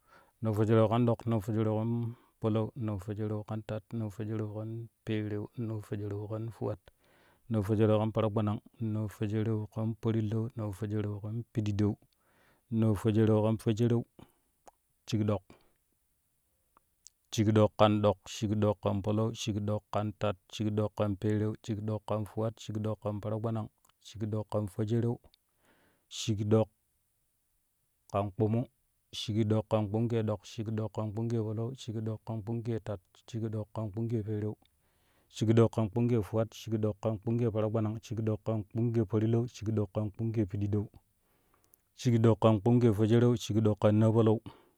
Naafwejereu kan dok naafwejereu kan palau naafwejereu kan tat naafwejereu kan pereu naafwejereu kan fuwat naafwejereu kan paragbanang naafwejereu kan parlau naafwejereu kan pididou naafwejereu kan fwejereu shik dok, shikdok kan dok shikdok kan palau shikdok kan tat shikdok kan pereu shikdok kan fuwat shikdok kan paragbanang shikdok kan fwejeru shikdok kan kpumu shikdok kan kpumugee dok shikdok kan kpumu gee palau shikdok kan kpumu gee tat shikdok kan kpumu gee pereu shikdok kan kpumu geefuwat shikdok kan kpumu geeparagbanang shikdok kan kpumu gee parlau shikdok kan kpumu geepididou shikdok kan kpumu geefwejereu shikdok kan naapalau.